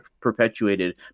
perpetuated